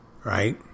Right